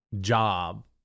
job